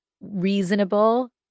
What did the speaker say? reasonable